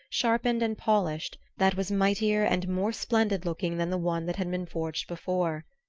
sharpened and polished, that was mightier and more splendid looking than the one that had been forged before.